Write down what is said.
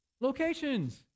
Locations